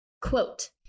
Quote